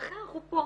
ולכן אנחנו פה.